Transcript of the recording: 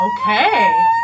Okay